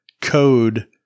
code